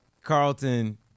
Carlton